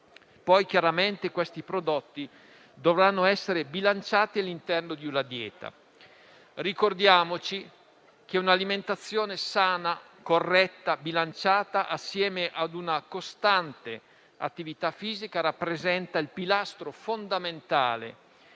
Poi, chiaramente, questi prodotti dovranno essere bilanciati all'interno di una dieta. Ricordiamoci che un'alimentazione sana, corretta e bilanciata, insieme a una costante attività fisica, rappresenta il pilastro fondamentale